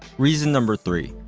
reason number three.